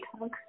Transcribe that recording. hug